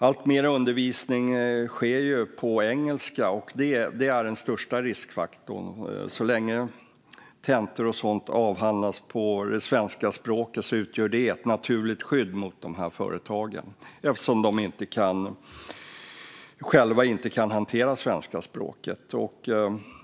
Alltmer undervisning sker på engelska, och det är den största riskfaktorn. Så länge tentor avhandlas på det svenska språket utgör detta ett naturligt skydd mot dessa företag, eftersom de själva inte kan hantera svenska språket.